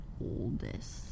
oldest